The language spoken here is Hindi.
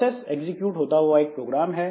प्रोसेस एग्जीक्यूट होता हुआ एक प्रोग्राम है